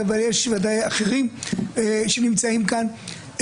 אבל יש ודאי אחרים שנמצאים כאן.